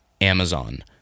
Amazon